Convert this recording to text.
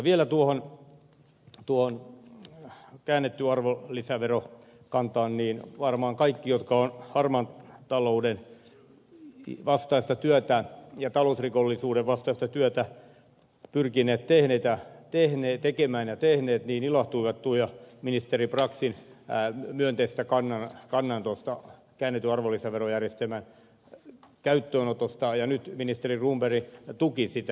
vielä tuohon käännettyyn arvonlisäverojärjestelmään totean että varmaan kaikki jotka ovat harmaan talouden vastaista työtä ja talousrikollisuuden vastaista työtä pyrkineet tekemään ja tehneet ilahtuivat ministeri braxin myönteisestä kannanotosta käännetyn arvonlisäverojärjestelmän käyttöönotosta ja nyt ministeri cronberg tuki sitä